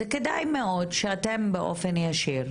זה כדאי מאד שאתם באופן ישיר,